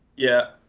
yeah.